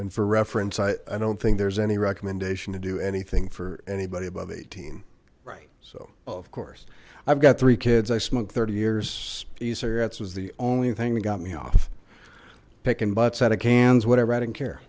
and for reference i don't think there's any recommendation to do anything for anybody above eighteen right so of course i've got three kids i smoked thirty years see cigarettes was the only thing that got me off picking butts out of cans whatever i didn't care